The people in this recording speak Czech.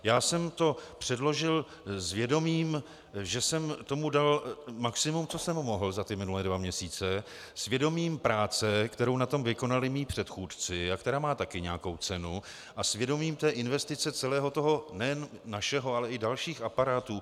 Já jsem to předložil s vědomím, že jsem tomu dal maximum, co jsem mohl za ty minulé dva měsíce, s vědomím práce, kterou na tom vykonali moji předchůdci a která má taky nějakou cenu a s vědomím té investice celého toho nejen našeho, ale i dalších aparátů.